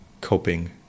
coping